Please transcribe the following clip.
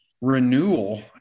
renewal